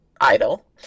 idle